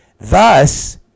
thus